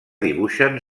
dibuixen